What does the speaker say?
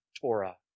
Torah